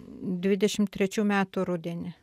dvidešimt trečių metų rudenį